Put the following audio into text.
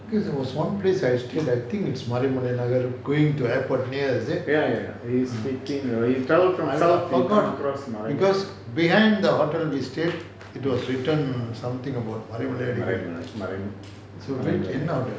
because there was one place I stayed I think it was maraimalai nagar going to airport near is it I forgot because behind the hotel we stayed it was written something about maraimalai Adigal so என்னது:ennathu